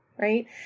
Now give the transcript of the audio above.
Right